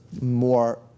more